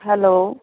hello